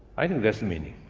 i think that's the meaning.